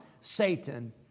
Satan